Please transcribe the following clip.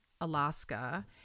Alaska